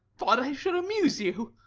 thought i should amuse you.